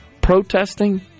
protesting